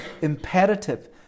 imperative